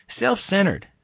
self-centered